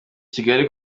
kigali